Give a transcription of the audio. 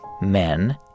men